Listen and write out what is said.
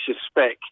suspect